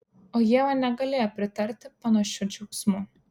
o ieva negalėjo pritarti panašiu džiaugsmu